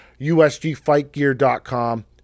usgfightgear.com